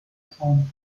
zeitraum